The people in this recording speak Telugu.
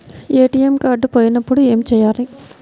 ఏ.టీ.ఎం కార్డు పోయినప్పుడు ఏమి చేయాలి?